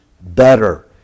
better